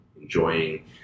enjoying